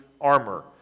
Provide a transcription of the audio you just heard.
armor